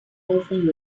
often